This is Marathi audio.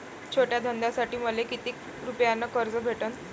छोट्या धंद्यासाठी मले कितीक रुपयानं कर्ज भेटन?